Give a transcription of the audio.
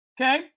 Okay